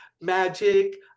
magic